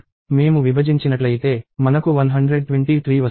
మేము విభజించినట్లయితే మనకు 123 వస్తుంది